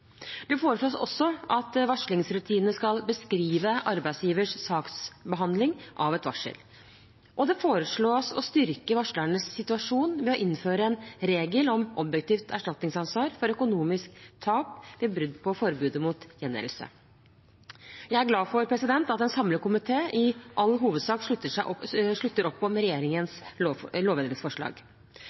Det foreslås også at varslingsrutinene skal beskrive arbeidsgivers saksbehandling av et varsel. Og det foreslås å styrke varslernes situasjon ved å innføre en regel om objektivt erstatningsansvar for økonomisk tap ved brudd på forbudet mot gjengjeldelse. Jeg er glad for at en samlet komité i all hovedsak slutter opp